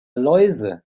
läuse